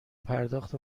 پرداخت